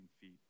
feet